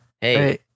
Hey